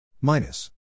minus